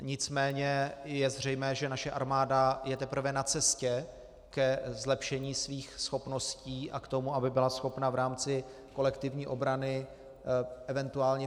Nicméně je zřejmé, že naše armáda je teprve na cestě ke zlepšení svých schopností a k tomu, aby byla schopna v rámci kolektivní obrany event.